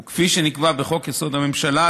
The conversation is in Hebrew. או כפי שנקבע בחוק-יסוד: הממשלה,